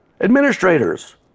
Administrators